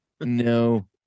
No